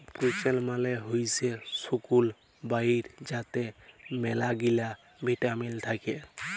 প্রুলেস মালে হইসে শুকল বরাই যাতে ম্যালাগিলা ভিটামিল থাক্যে